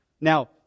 Now